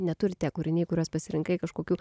neturi tie kūriniai kuriuos pasirinkai kažkokių